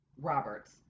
Roberts